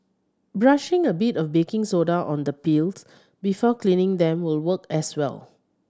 brushing a bit of baking soda on the peels before cleaning them will work as well